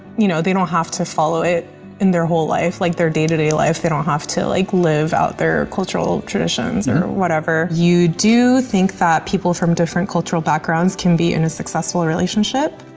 you know, they don't have to follow it in their whole life, like their day-to-day life, they don't have to, like, live out their cultural traditions or whatever. you do think that people from different cultural backgrounds can be in a successful relationship.